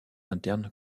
interne